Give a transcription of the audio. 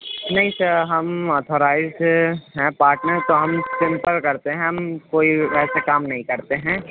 نہیں سر ہم اتھورائزڈ ہیں پاٹنر تو ہم سمپل کرتے ہیں ہم کوئی ایسا کام نہیں کرتے ہیں